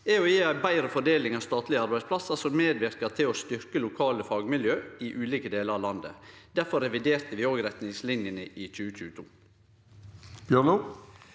er å gje ei betre fordeling av statlege arbeidsplassar som medverkar til å styrke lokale fagmiljø i ulike delar av landet. Difor reviderte vi også retningslinjene i 2022.